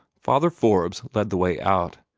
father forbes led the way out.